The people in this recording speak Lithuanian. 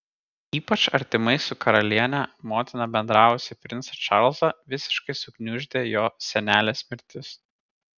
ypač artimai su karaliene motina bendravusį princą čarlzą visiškai sugniuždė jo senelės mirtis